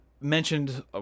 mentioned